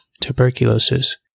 tuberculosis